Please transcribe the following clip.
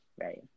right